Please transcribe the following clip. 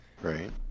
Right